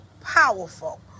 powerful